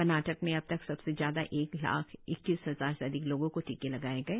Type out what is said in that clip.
कर्नाटक में अब तक सबसे ज्यादा एक लाख इक्कीस हजार से अधिक लोगों को टीके लगाए गए